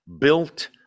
built